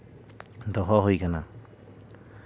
ᱫᱚᱦᱚ ᱦᱩᱭ ᱠᱟᱱᱟ